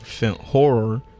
horror